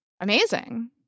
amazing